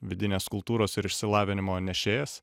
vidinės kultūros ir išsilavinimo nešėjas